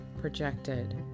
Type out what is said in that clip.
projected